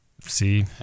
see